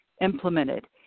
implemented